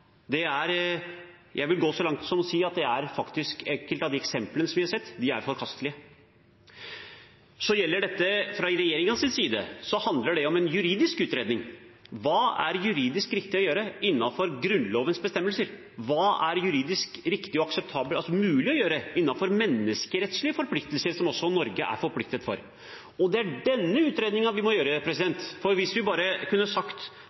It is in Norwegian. Jeg vil gå så langt som å si at enkelte av de eksemplene som vi har sett, er forkastelige. Fra regjeringens side handler det om en juridisk utredning. Hva er juridisk riktig å gjøre innenfor Grunnlovens bestemmelser? Hva er juridisk riktig og mulig å gjøre innenfor menneskerettslige forpliktelser, som også Norge er forpliktet til? Det er denne utredningen vi må gjøre, for hvis vi bare kunne sagt